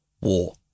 War